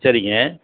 சரிங்க